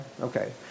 Okay